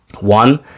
One